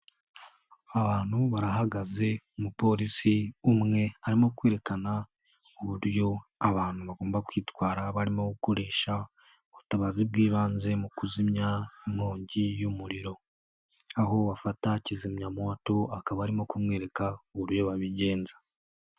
Abantu barahagaze umupolisi umwe arimo kwerekana uburyo abantu bagomba kwitwara barimo gukoresha ubutabazi bw'ibanze mu kuzimya inkongi y'umuriro, aho bafata kizimyamoto akaba arimo kumwereka uburyo babigenza.